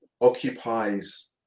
occupies